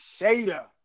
shader